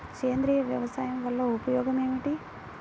సేంద్రీయ వ్యవసాయం వల్ల ఉపయోగం ఏమిటి?